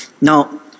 Now